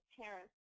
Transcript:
parents